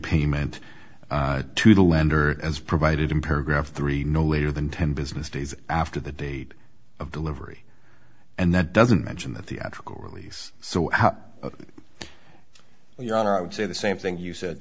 payment to the lender as provided in paragraph three no later than ten business days after the date of delivery and that doesn't mention the theatrical release so your honor i would say the same thing you said